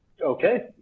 Okay